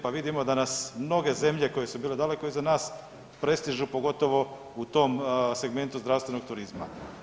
Pa vidimo da nas mnoge zemlje koje su bile daleko iza nas prestižu pogotovo u tom segmentu zdravstvenog turizma.